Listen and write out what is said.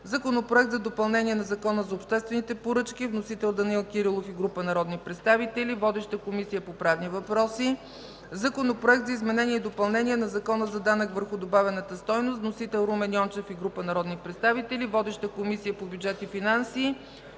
Законопроект за допълнение на Закона за обществените поръчки. Вносители – Данаил Кирилов и група народни представители. Водеща е Комисията по правни въпроси. Законопроект за изменение и допълнение на Закона за данък върху добавената стойност. Вносители – Румен Йончев и група народни представители. Водеща е Комисията по бюджет и финанси,